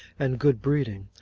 and good breeding.